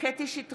קטי קטרין שטרית,